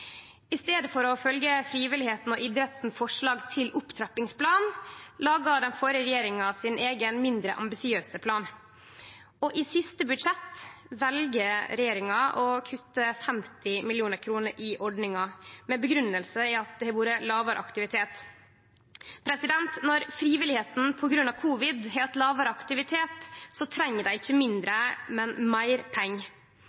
I staden for å følgje frivilligheita og idretten sitt forslag til opptrappingsplan laga den førre regjeringa sin eigen, mindre ambisiøse plan, og i det siste budsjettet vel regjeringa å kutte 50 mill. kr i ordninga med den grunngjevinga at det har vore lågare aktivitet. Når frivilligheita på grunn av covid-19 har hatt lågare aktivitet, treng dei ikkje